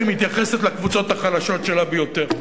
היא מתייחסת לקבוצות החלשות ביותר שלה.